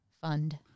fund